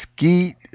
Skeet